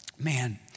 Man